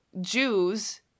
Jews